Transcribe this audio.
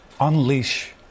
unleash